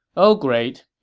oh great,